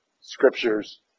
scriptures